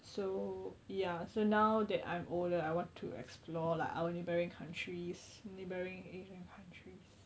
so ya so now that I'm older I want to explore like our neighbouring countries neighbouring asian countries